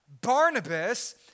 Barnabas